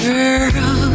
Girl